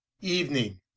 evening